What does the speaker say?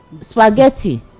spaghetti